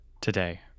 today